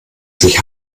sich